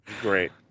Great